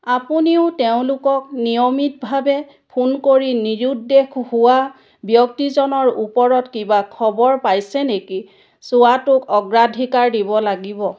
আপুনিও তেওঁলোকক নিয়মিতভাৱে ফোন কৰি নিৰুদ্দেশ হোৱা ব্যক্তিজনৰ ওপৰত কিবা খবৰ পাইছে নেকি চোৱাটোক অগ্ৰাধিকাৰ দিব লাগিব